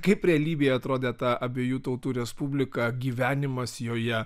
kaip realybėje atrodė tą abiejų tautų respubliką gyvenimas joje